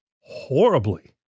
Horribly